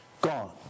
gone